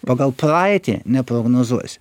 pagal praeitį neprognozuosi